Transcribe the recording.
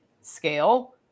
scale